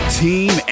team